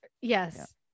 Yes